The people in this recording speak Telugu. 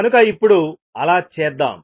కనుక ఇప్పుడు అలా చేద్దాం